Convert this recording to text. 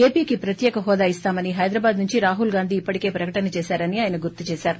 ఏపీకి ప్రత్యేక హోదా ఇస్తామని హైదరాబాద్ నుంచి రాహల్ గాంధీ ఇప్పటికే ప్రకటన చేశారని ఆయన గుర్తు చేశారు